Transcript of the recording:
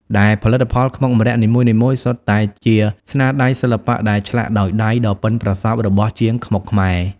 ដែលផលិតផលខ្មុកម្រ័ក្សណ៍នីមួយៗសុទ្ធតែជាស្នាដៃសិល្បៈដែលឆ្លាក់ដោយដៃដ៏ប៉ិនប្រសប់របស់ជាងខ្មុកខ្មែរ។